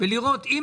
ולראות.